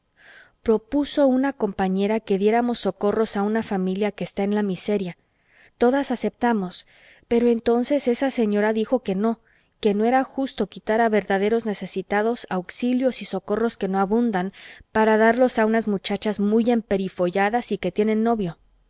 propuso una compañera que diéramos socorros a una familia que está en la miseria todas aceptamos pero entonces esa señora dijo que no que no era justo quitar a verdaderos necesitados auxilios y socorros que no abundan para darlos a unas muchachas muy emperifolladas y que tienen novio